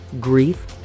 grief